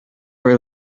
were